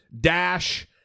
Dash